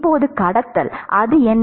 இப்போது கடத்தல் அது என்ன